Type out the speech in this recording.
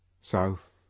south